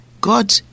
God